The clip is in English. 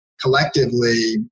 collectively